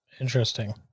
Interesting